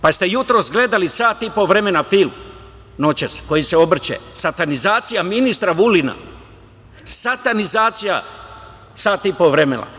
Pa jeste li jutros gledali sat i po vremena film, noćas, koji se obrće, satanizacija ministra Vulina, satanizacija sat i po vremena?